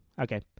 Okay